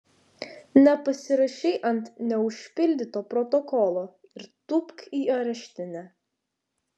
nepasirašei ant neužpildyto protokolo ir tūpk į areštinę